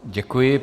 Děkuji.